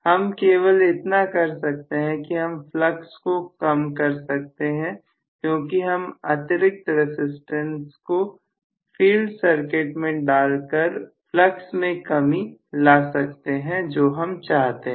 हम केवल इतना कर सकते हैं कि हम फ्लक्स को कम कर सकते हैं क्योंकि हम अतिरिक्त रसिस्टेंस को फील्ड सर्किट में डालकर उपलक्ष में कमी ला सकते हैं जो हम चाहते हैं